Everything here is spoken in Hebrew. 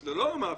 אנחנו לא מאפשרים